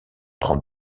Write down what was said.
prend